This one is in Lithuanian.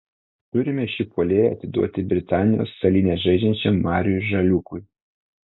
turime šį puolėją atiduoti britanijos salyne žaidžiančiam mariui žaliūkui